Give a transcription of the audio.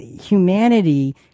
humanity